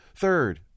third